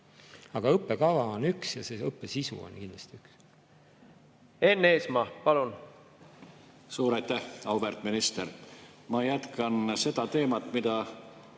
Aga õppekava on üks ja õppesisu on kindlasti üks. Enn Eesmaa, palun! Suur aitäh! Auväärt minister! Ma jätkan seda teemat, mille